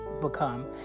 become